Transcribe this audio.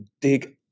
dig